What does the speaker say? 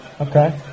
Okay